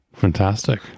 Fantastic